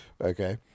Okay